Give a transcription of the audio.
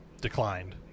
declined